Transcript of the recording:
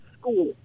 school